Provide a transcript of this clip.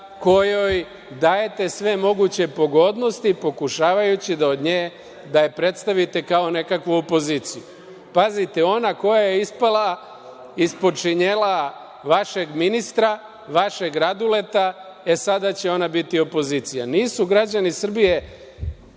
kojoj dajete sve moguće pogodnosti, pokušavajući da je predstavite kao nekakvu opoziciju? Pazite, ona koja je ispala ispod šinjela vašeg ministra, vašeg „Raduleta“, sada će ona biti opozicija. Nisu građani Srbije